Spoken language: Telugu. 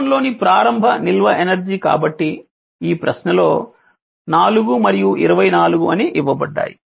C1 లోని ప్రారంభ నిల్వ ఎనర్జీ కాబట్టి ఈ ప్రశ్న లో 4 మరియు 24 అని ఇవ్వబడ్డాయి